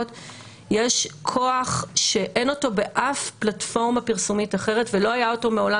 יש כוח שאין אותו באף פלטפורמה פרסומית אחרת ולא היה אותו מעולם.